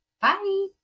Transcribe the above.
Bye